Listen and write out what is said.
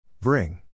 Bring